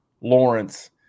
Lawrence